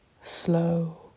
slow